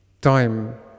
time